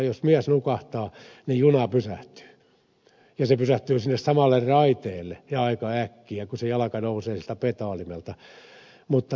jos mies nukahtaa niin juna pysähtyy ja se pysähtyy sille samalle raiteelle ja aika äkkiä kun se jalka nousee siltä pedaalimelta